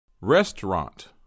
Restaurant